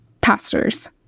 pastors